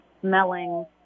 smelling